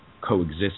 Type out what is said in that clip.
coexist